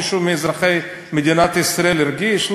מישהו מאזרחי מדינת ישראל הרגיש?